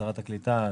שרת הקליטה,